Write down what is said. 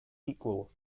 equal